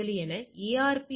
ஆனது இதற்காக